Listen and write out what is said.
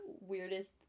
weirdest